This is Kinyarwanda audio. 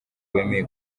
bemeye